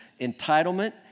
entitlement